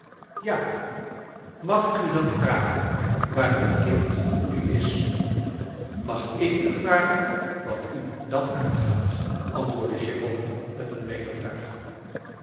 ja mag ik u dan vragen waar dat kind nu is mag ik u vragen wat u dat aangaat antwoordde jérôme met een